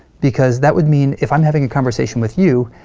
because that would mean if i'm having a conversation with you,